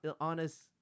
honest